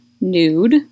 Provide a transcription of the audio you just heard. nude